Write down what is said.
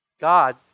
God